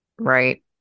right